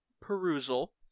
perusal